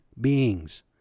beings